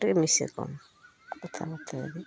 ଟେ ମିଶେ କ'ଣ କଥା ମୋତେ